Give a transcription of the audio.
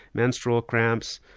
menstrual cramps,